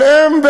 הם,